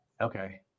Okay